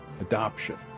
Adoption